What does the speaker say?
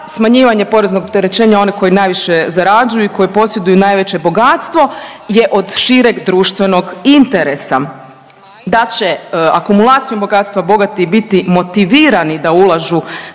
smanjivanje poreznog opterećenja onih koji najviše zarađuju i koji posjeduju najveće bogatstvo je od šireg društvenog interesa, da će akumulacijom bogatstva bogati biti motivirani da ulažu